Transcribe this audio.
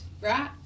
right